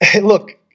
Look